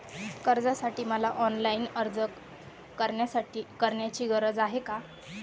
कर्जासाठी मला ऑनलाईन अर्ज करण्याची गरज आहे का?